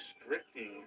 restricting